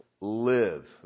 live